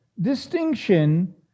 distinction